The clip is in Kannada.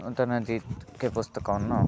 ಅದನ್ನ ಜಿ ಕೆ ಪುಸ್ತಕವನ್ನು